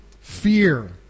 fear